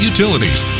Utilities